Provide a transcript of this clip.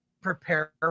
prepare